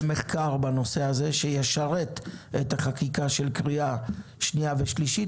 בקשה למחקר בעניין הזה שישרת את החקיקה של קריאה שנייה ושלישית